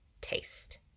taste